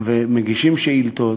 ומגישים שאילתות.